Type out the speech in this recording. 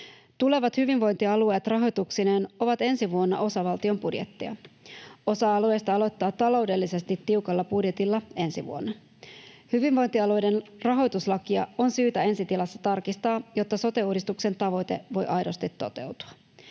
Tulevat hyvinvointialueet rahoituksineen ovat ensi vuonna osa valtion budjettia. Osa alueista aloittaa taloudellisesti tiukalla budjetilla ensi vuonna. Hyvinvointialueiden rahoituslakia on syytä ensi tilassa tarkistaa, jotta sote-uudistuksen tavoite voi aidosti toteutua.